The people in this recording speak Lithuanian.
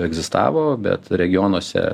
egzistavo bet regionuose